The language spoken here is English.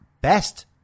best